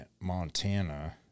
Montana